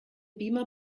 beamer